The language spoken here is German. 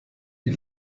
wie